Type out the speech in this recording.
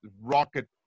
rocket